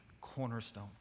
Cornerstone